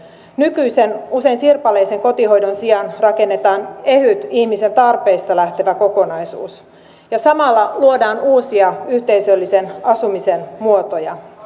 nykyisen usein sirpaleisen kotihoidon sijaan rakennetaan ehyt ihmisen tarpeista lähtevä kokonaisuus ja samalla luodaan uusia yhteisöllisen asumisen muotoja